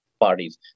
parties